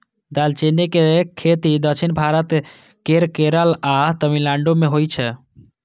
दालचीनी के खेती दक्षिण भारत केर केरल आ तमिलनाडु मे होइ छै